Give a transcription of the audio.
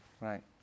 Right